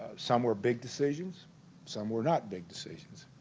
some were big decisions some were not big decisions